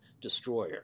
Destroyer